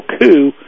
coup